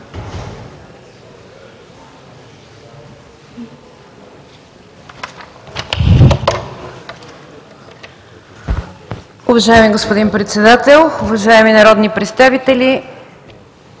Уважаеми господин Председател, уважаеми колеги народни представители!